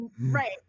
Right